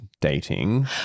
dating